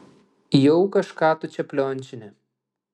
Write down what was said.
jau kažką tu čia pliončini